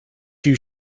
you